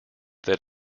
that